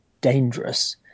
dangerous